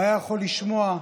הוא היה יכול לשמוע,